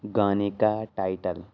گانے کا ٹائٹل